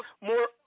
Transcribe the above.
more